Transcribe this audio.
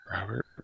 Robert